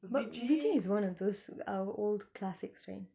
but vijay is one of those uh old classics right